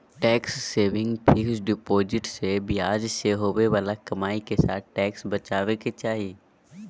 tax saving fixed deposit से ब्याज से होवे बाला कमाई के साथ टैक्स बचाबे के चाही